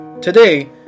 Today